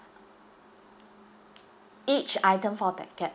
each item four packet